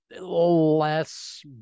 less